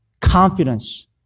confidence